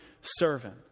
servant